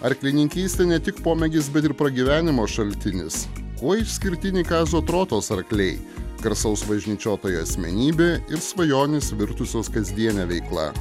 arklininkystė ne tik pomėgis bet ir pragyvenimo šaltinis kuo išskirtiniai kazio trotos arkliai garsaus važnyčiotojo asmenybė ir svajonės virtusios kasdiene veikla